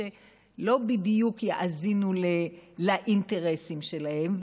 שלא בדיוק יאזינו לאינטרסים שלהם,